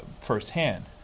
firsthand